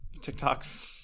TikTok's